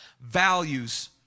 values